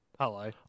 Hello